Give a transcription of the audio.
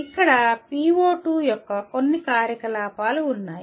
ఇక్కడ PO2 యొక్క కొన్ని కార్యకలాపాలు ఉన్నాయి